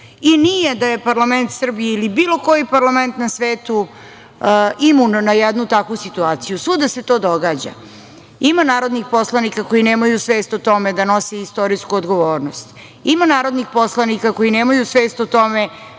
i nije da je parlament Srbije ili bilo koji parlament na svetu imun na jednu takvu situaciju, svuda se to događa. Ima narodnih poslanika koji nemaju svest o tome da nose istorijsku odgovornost. Ima narodnih poslanika koji nemaju svest o tome